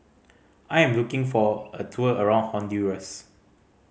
I am looking for a tour around Honduras